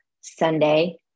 Sunday